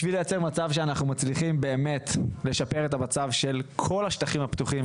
כדי לייצר מצב שאנחנו מצליחים באמת לשפר את המצב של כל השטחים הפתוחים,